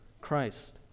Christ